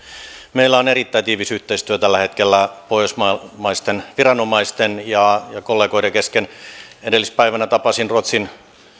meillä on erittäin tiivis yhteistyö tällä hetkellä pohjoismaisten viranomaisten ja kollegoiden kesken edellispäivänä tapasin ruotsin